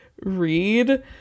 read